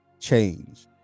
change